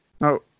No